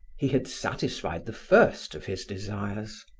he had satisfied the first of his desires.